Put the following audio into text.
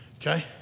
Okay